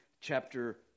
chapter